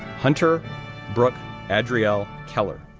hunter brooke adriel keller,